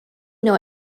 know